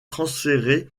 transférée